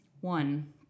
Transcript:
one